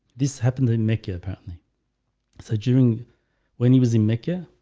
this happened they make you apparently so during when he was in mecca